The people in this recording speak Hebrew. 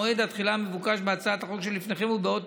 מועד התחילה המבוקש בהצעת החוק שלפניכם הוא בעוד